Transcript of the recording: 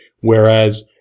whereas